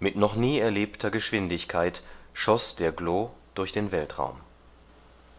mit noch nie erlebter geschwindigkeit schoß der glo durch den weltraum